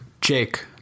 Jake